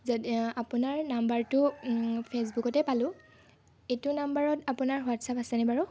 যদি আপোনাৰ নাম্বাৰটো ফেচবুকতে পালোঁ এইটো নাম্বাৰত আপোনাৰ ৱাটচ্এপ আছেনে বাৰু